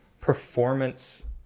performance